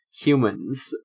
Humans